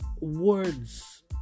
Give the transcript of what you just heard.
words